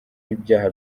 ibyaha